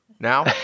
Now